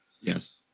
Yes